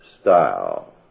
style